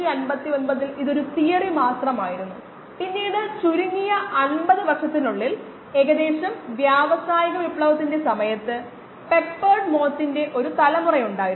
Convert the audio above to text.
അത് ചെയ്യുമ്പോൾ ഈ പ്രോബ്ലം പരിഹരിക്കാൻ നമുക്ക് ആശ്രയിക്കാവുന്ന ഏതെങ്കിലും അടിസ്ഥാന തത്വങ്ങളുണ്ടോ എന്നും നമ്മൾ ചോദിക്കും